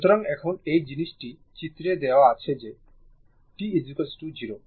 সুতরাং এখন এই জিনিসটি চিত্রে দেয়া আছে যা হল t 0